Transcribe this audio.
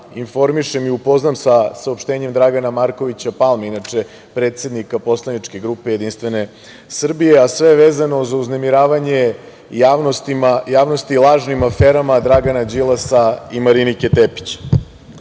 informišem i upoznam sa saopštenjem Dragana Markovića Palme, inače predsednika poslaničke grupe JS, a sve vezano za uznemiravanje javnosti lažnim aferama Dragana Đilasa i Marinike